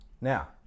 Now